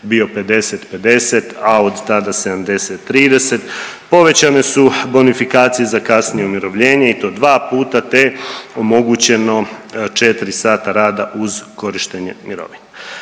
bio 50 50, a od tada 70 30. Povećane su bonifikacije za kasnije umirovljenje i to 2 puta te omogućeno 4 sata rada uz korištenje mirovine.